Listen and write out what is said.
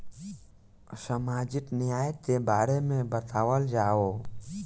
सामाजिक न्याय के बारे में बतावल जाव?